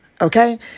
okay